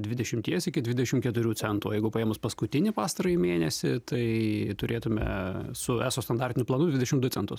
dvidešimties iki dvidešim keturių centų o jeigu paėmus paskutinį pastarąjį mėnesį tai turėtume su eso standartiniu planu dvidešim du centus